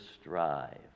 strive